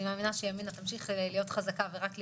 אני מאמינה שימינה תמשיך להיות חזקה ורק להתחזק.